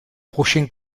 prochain